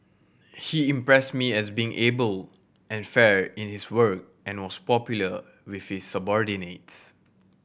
he impressed me as being able and fair in his work and was popular with his subordinates